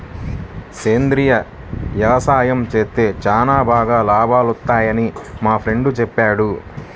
సేంద్రియ యవసాయం చేత్తే చానా బాగా లాభాలొత్తన్నయ్యని మా ఫ్రెండు చెప్పాడు